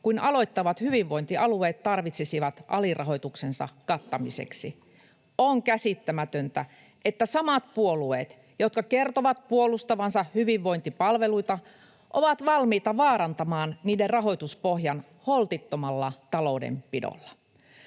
kuin aloittavat hyvinvointialueet tarvitsisivat alirahoituksensa kattamiseksi. [Anne-Mari Virolainen: Kyllä!] On käsittämätöntä, että samat puolueet, jotka kertovat puolustavansa hyvinvointipalveluita, ovat valmiita vaarantamaan niiden rahoituspohjan holtittomalla taloudenpidolla.